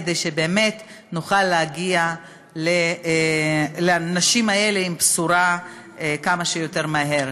כדי שבאמת נוכל להגיע לנשים האלה עם בשורה כמה שיותר מהר.